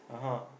(uh huh)